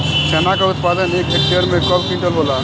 चना क उत्पादन एक हेक्टेयर में कव क्विंटल होला?